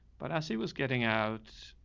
but as he was getting out,